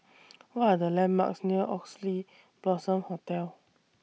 What Are The landmarks near Oxley Blossom Hotel